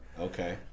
okay